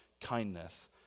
kindness